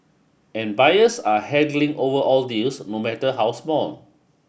and buyers are haggling over all deals no matter how small